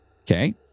Okay